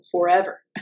forever